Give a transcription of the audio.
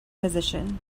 position